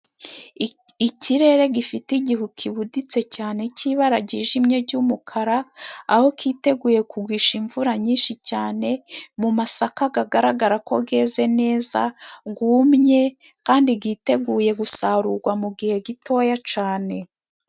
Ikirere gifite igihu kibuditse cyane, cy'ibara ryijimye ry'umukara, aho cyiteguye kugusha imvura nyinshi cyane, mu masaka agaragara ko yeze neza yumye, kandi yiteguye gusarurwa mu gihe gitoya cyane.